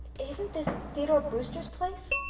isn't this theodore brewster's place?